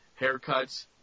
Haircuts